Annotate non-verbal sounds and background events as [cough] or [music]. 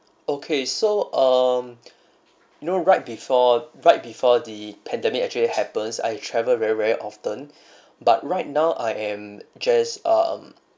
okay so um [breath] no right before right before the pandemic actually happens I travel very very often [breath] but right now I am just um